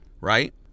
right